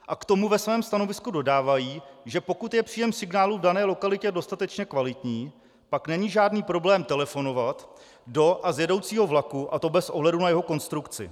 A k tomu ve svém stanovisku dodávají, že pokud je příjem signálu v dané lokalitě dostatečně kvalitní, pak není žádný problém telefonovat do a z jedoucího vlaku, a to bez ohledu na jeho konstrukci.